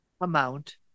amount